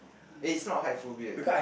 eh is not height phobia